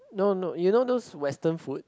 no no you know those western food